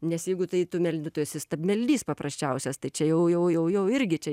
nes jeigu tai tu meldi tu esi stabmeldys paprasčiausias tai čia jau jau jau irgi čia